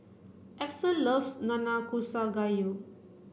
Axel loves Nanakusa Gayu